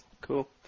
Cool